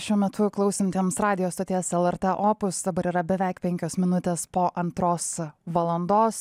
šiuo metu klausantiems radijo stoties lrt opus dabar yra beveik penkios minutės po antros valandos